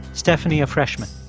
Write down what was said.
stephanie a freshman.